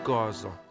Gaza